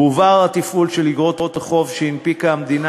הועבר התפעול של איגרות החוב שהנפיקה המדינה